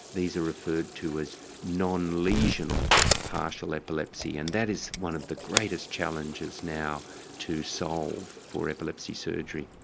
these are referred to as non-lesional partial epilepsy and that is one of the greatest challenges now to solve for epilepsy surgery.